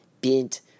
Bent